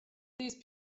these